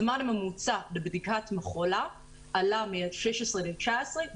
זמן ממוצע לבדיקת מכולה עלה משנת 2016 לשנת 2019,